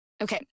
Okay